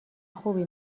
خوبی